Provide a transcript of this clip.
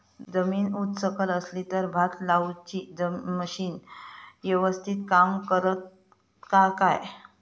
जमीन उच सकल असली तर भात लाऊची मशीना यवस्तीत काम करतत काय?